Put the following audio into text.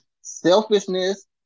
selfishness